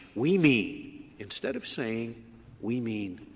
we mean instead of saying we mean